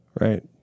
Right